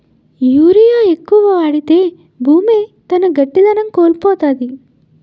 urea ఎక్కువ వాడితే భూమి తన గట్టిదనం కోల్పోతాది